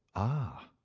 ah,